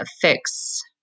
fix